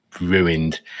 ruined